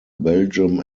belgium